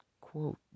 Quote